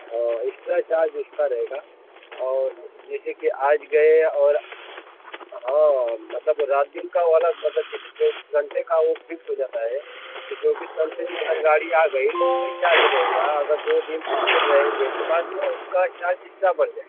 हाँ extra charge उसका रहेगा और जैसे कि आज गए और हाँ मतलब रात दिन का वाला मतलब जैसे चौबीस घंटे का वो फिक्स हो जाता है कि चौबीस घंटे में अगर गाड़ी आ गई तो वही चार्ज रहेगा अगर दो दिन तीन दिन रहेंगे तो बाद में उसका चार्ज इस्ट्रा बढ़ जाएगा